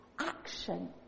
Action